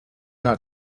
not